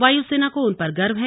वायुसेना को उन पर गर्व है